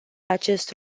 acest